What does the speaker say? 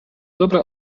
dobra